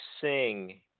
sing